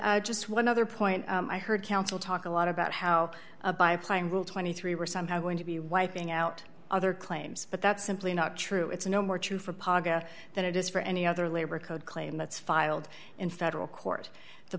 just one other point i heard counsel talk a lot about how a by applying rule twenty three were somehow going to be wiping out other claims but that's simply not true it's no more true for paga than it is for any other labor code claim that's filed in federal court the